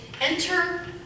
enter